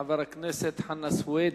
חבר הכנסת חנא סוייד.